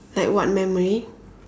like what memory